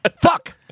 fuck